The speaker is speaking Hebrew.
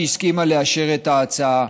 שהסכימה לאשר את ההצעה.